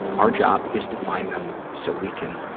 our job is to find them so we can